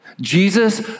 Jesus